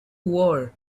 war